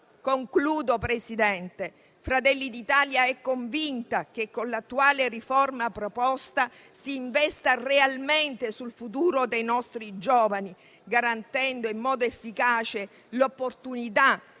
Concludo, Presidente. Fratelli d'Italia è convinta che con l'attuale riforma proposta si investa realmente sul futuro dei nostri giovani, garantendo in modo efficace l'opportunità